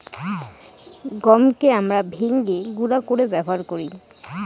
গমকে আমরা ভেঙে গুঁড়া করে ব্যবহার করি